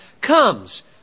comes